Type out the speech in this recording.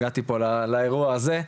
הגעתי פה לאירוע הזה.